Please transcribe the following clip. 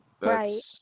right